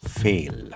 fail